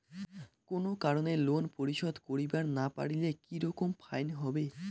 কোনো কারণে লোন পরিশোধ করিবার না পারিলে কি রকম ফাইন হবে?